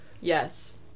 Yes